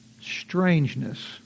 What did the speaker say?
Strangeness